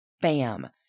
bam